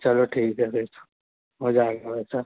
चलो ठीक है फिर हो जाएगा वैसा